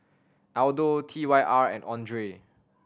Aldo T Y R and Andre